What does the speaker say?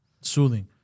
soothing